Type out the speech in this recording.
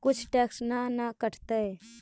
कुछ टैक्स ना न कटतइ?